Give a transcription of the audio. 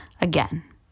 again